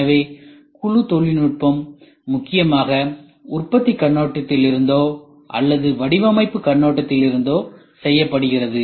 எனவே குழு தொழில்நுட்பம் முக்கியமாக உற்பத்தி கண்ணோட்டத்திலிருந்தோ அல்லது வடிவமைப்பு கண்ணோட்டத்திலிருந்தோ செய்யப்படுகிறது